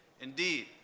Indeed